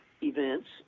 events